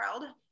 world